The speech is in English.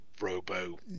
robo